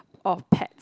or pet